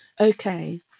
Okay